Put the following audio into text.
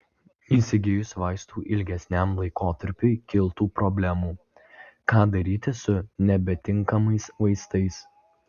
įsigijus vaistų ilgesniam laikotarpiui kiltų problemų ką daryti su nebetinkamais vaistais